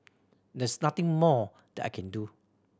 there's nothing more that I can do